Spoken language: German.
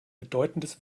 bedeutendes